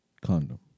condom